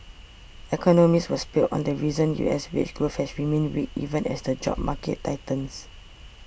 economists were split on the reasons U S wage growth has remained weak even as the job market tightens